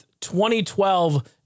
2012